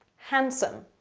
handsome